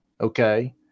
okay